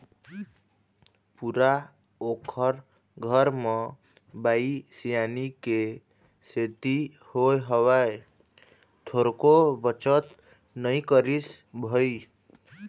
पूरा ओखर घर म बाई सियानी के सेती होय हवय, थोरको बचत नई करिस भई